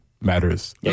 Matters